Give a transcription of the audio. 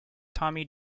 tommy